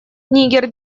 нигер